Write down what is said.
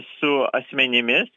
su asmenimis